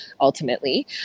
ultimately